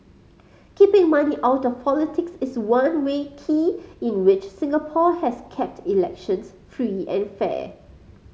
keeping money out of politics is one way key in which Singapore has kept elections free and fair